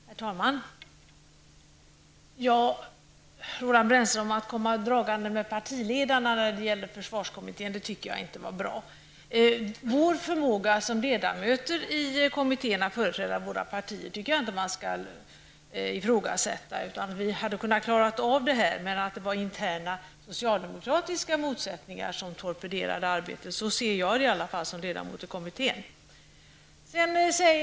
Herr talman! Jag tycker inte att det var bra när Roland Brännström kom dragande med partiledarna när det gäller försvarskommittén. Jag tycker inte att man skall ifrågasätta vår förmåga som ledamöter att företräda våra partier i kommittén. Vi hade kunnat klara ut dessa frågor, men det var interna socialdemokratiska motsättningar som torpederade arbetet. Så ser jag situationen som ledamot av kommittén.